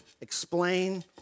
explain